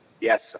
yes